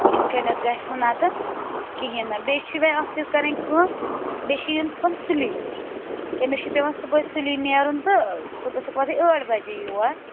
اِتھ کٔنٮ۪تھ گژھنہٕ نَتہٕ کِہیٖنۍ نہٕ بیٚیہِ چھُے وۄنۍ اَکھ چیٖز کَرٕنۍ کٲم بیٚیہِ چھِ یُن صُبحن سُلی تٔمِس چھِ پٮ۪وان صُبحٲے سُلی نیرُن تہٕ ژٕ گٔژھٕکھ واتٕنۍ ٲٹھ بَجے یور